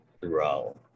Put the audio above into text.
throughout